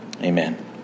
Amen